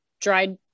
dried